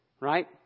Right